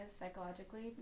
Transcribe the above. psychologically